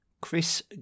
Chris